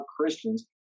Christians